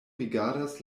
rigardas